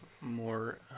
more